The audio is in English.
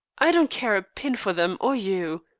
i don't care a pin for them or you.